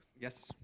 Yes